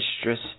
mistress